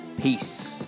Peace